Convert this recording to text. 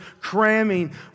cramming